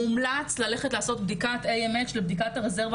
מומלץ ללכת לעשות בדיקת AMH לבדיקת הרזרבה